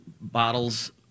bottles